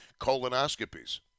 colonoscopies